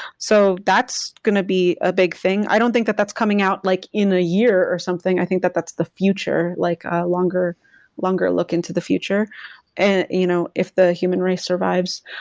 so that's going to be a big thing. i don't think that that's coming out like in a year or something. i think that that's the future, like a longer longer look into the future and, you know, if the human race survives.